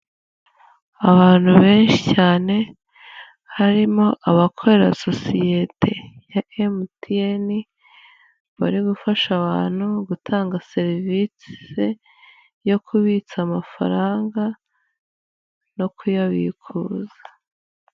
Abantu benshi cyane, harimo abakorera sosiyete ya MTN, bari gufasha abantu gutanga serivisi yo kubitsa amafaranga no kuyabikuza.